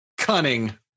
Cunning